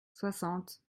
soixante